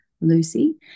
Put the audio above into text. lucy